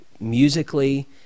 musically